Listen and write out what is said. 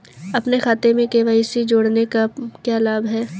अपने खाते में के.वाई.सी जोड़ने का क्या लाभ है?